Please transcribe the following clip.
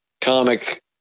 comic